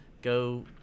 Go